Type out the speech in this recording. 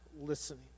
listening